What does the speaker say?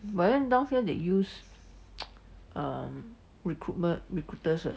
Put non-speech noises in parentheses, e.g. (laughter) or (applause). but then down here they use (noise) um recruitment recruiters uh